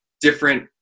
different